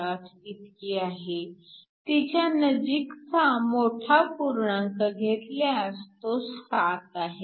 48 इतकी आहे तिच्या नजीकचा मोठा पूर्णांक घेतल्यास तो 7 आहे